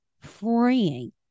freeing